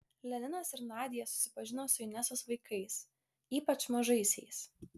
leninas ir nadia susipažino su inesos vaikais ypač mažaisiais